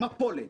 מפולת,